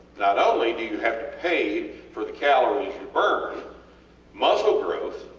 not only do you have to pay for the calories you burn muscle growth